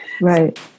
Right